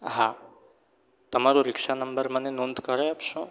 હા તમારો rickshaw number મને નોંધ કરાવી આપશો